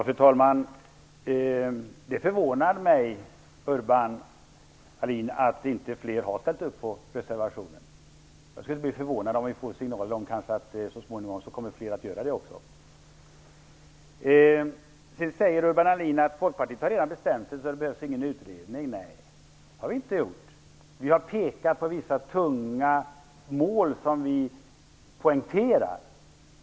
Fru talman! Det förvånar mig, Urban Ahlin, att inte fler har ställt sig bakom reservationen. Jag skulle inte bli förvånad om fler kommer att göra det så småningom. Urban Ahlin säger att Folkpartiet redan har bestämt sig och att det därför inte behövs någon utredning. Det har vi inte gjort. Vi har poängterat vissa tunga mål.